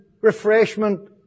refreshment